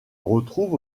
retrouve